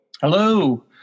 Hello